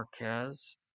Marquez